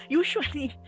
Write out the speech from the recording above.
usually